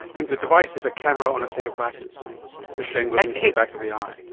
and the device is a camera on a set of glasses which then goes into the back of the eye.